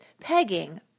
pegging